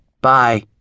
Bye